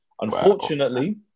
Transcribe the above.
Unfortunately